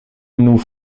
nous